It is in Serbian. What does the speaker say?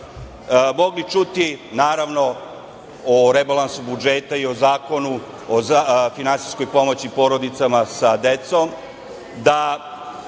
mogli čuti, naravno, o rebalansu budžeta i o Zakonu o finansijskom pomoći porodici sa decom,